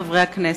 חברי חברי הכנסת,